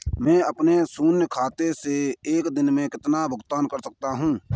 मैं अपने शून्य खाते से एक दिन में कितना भुगतान कर सकता हूँ?